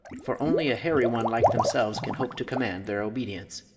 for only a hairy one like themselves can hope to command their obedience.